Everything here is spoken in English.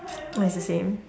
it's the same